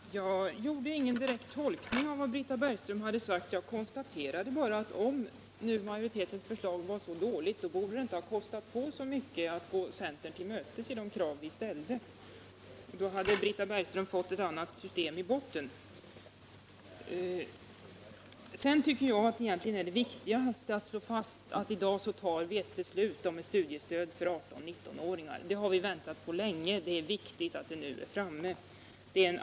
Herr talman! Jag gjorde ingen direkt tolkning av vad Britta Bergström hade sagt. Jag konstaterade bara att om nu majoritetens förslag var dåligt, så borde det inte ha kostat på så mycket att gå centern till mötes i de krav som vi ställde. Då hade Britta Bergström fått ett annat system i botten. Jag tycker att det viktigaste egentligen är att slå fast att i dag fattar vi beslut om ett studiestöd för 18-19-åringar. Det har vi väntat på länge — det är viktigt att vi nu är framme vid beslutet.